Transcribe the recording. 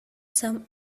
some